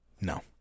no